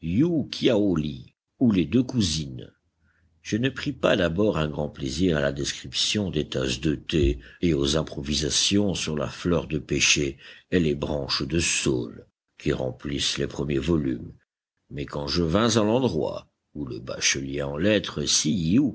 ou les deux cousines je ne pris pas d'abord un grand plaisir à la description des tasses de thé et aux improvisations sur la fleur de pêcher et les branches de saule qui remplissent les premiers volumes mais quand je vins à l'endroit où le bachelier es lettres